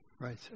Right